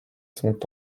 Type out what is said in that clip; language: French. sont